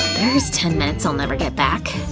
there's ten minutes i'll never get back.